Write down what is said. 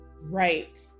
right